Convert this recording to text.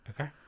Okay